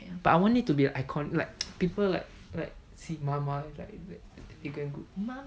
but I want it to be like iconic like people like like see mama it's like it's like